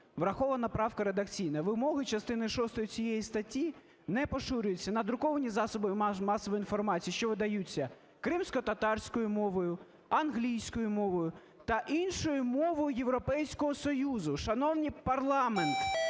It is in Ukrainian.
Врахована правка редакційно: "Вимоги частини шостої цієї статті не поширюються на друковані засоби масової інформації, що видаються кримськотатарською мовою, англійською мовою та іншою мовою Європейського Союзу". Шановний парламент,